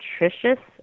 nutritious